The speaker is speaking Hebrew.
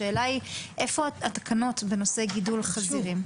השאלה איפה התקנות בנושא גידול חזירים.